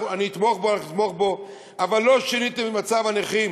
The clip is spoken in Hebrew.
אני אתמוך בו, אבל לא שיניתם ממצב הנכים.